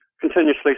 continuously